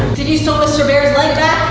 did you sew mister bear's leg